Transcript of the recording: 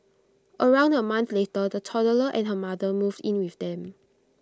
around A month later the toddler and her mother moved in with them